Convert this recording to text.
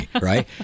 right